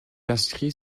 inscrit